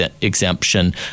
exemption